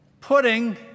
Pudding